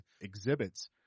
exhibits